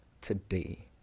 today